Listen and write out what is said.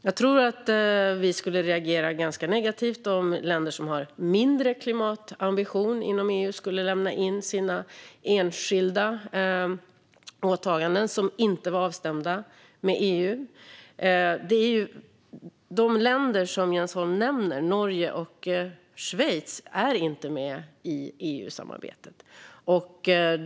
Jag tror att vi skulle reagera ganska negativt om länder inom EU som har mindre klimatambitioner skulle lämna in enskilda åtaganden som inte var avstämda med EU. De länder som Jens Holm nämner, Norge och Schweiz, är inte med i EU-samarbetet.